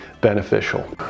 beneficial